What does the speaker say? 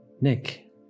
Nick